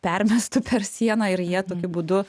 permestų per sieną ir jie tokiu būdu